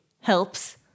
helps